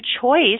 choice